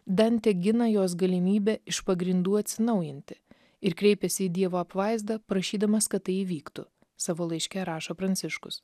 dantė gina jos galimybę iš pagrindų atsinaujinti ir kreipiasi į dievo apvaizdą prašydamas kad tai įvyktų savo laiške rašo pranciškus